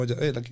hey